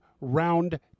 round